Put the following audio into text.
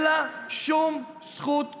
אין לה שום זכות קיום,